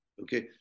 Okay